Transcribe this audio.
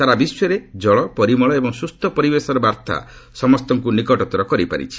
ସାରା ବିଶ୍ୱରେ ଜଳ ପରିମଳ ଏବଂ ସ୍କୁସ୍ଥ ପରିବେଶର ବାର୍ଭା ସମସ୍ତଙ୍କୁ ନିକଟତର କରାଇପାରିଛି